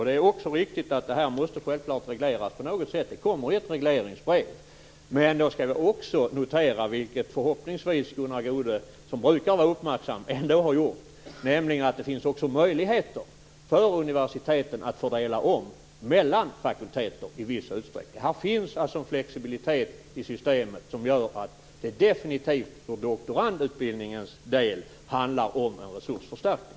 Det är också riktigt att detta självklart måste regleras på något sätt. Det kommer ett regleringsbrev. Men vi skall också notera, vilket Gunnar Goude som brukar vara uppmärksam förhoppningsvis har gjort, att det också finns möjligheter för universiteten att i viss utsträckning fördela om mellan fakulteter. Det finns alltså en flexibilitet i systemet som gör att de 50 miljonerna på doktorandutbildningens del definitivt handlar om en resursförstärkning.